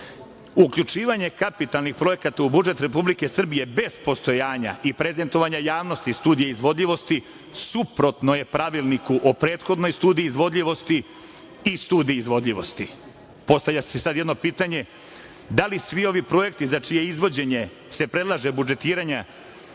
budžet. Uključivanje kapitalnih projekata u budžet Republike Srbije bez postojanja i prezentovanja javnosti Studije izvodljivosti suprotno je pravilniku o prethodnoj Studiji izvodljivosti i Studiji izvodljivosti. Postavlja se sad jedno pitanje - da li svi ovi projekti za čije izvođenje se predlaže budžetiranje